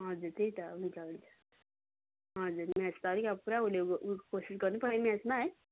हजुर त्यही त हुन्छ हुन्छ हजुर म्याथ त अलिक उसले पुरा कोसिस गर्नुपऱ्यो म्यातमा है